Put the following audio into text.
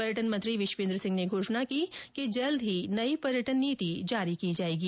पर्यटन मंत्री विश्वेन्द्र सिंह ने घोषणा की कि जल्द ही नई पर्यटन नीति जारी की जायेगी